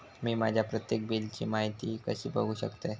मी माझ्या प्रत्येक बिलची माहिती कशी बघू शकतय?